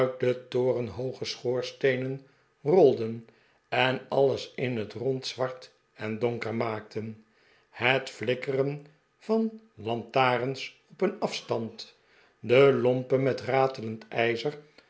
de torenhooge schoorsteenen rolden en alles in het rond zwart en donker maakten het flikkeren van lantareris op een af stand de lompe met ratelend ijzer